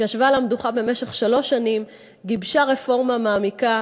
שישבה על המדוכה במשך שלוש שנים וגיבשה רפורמה מעמיקה.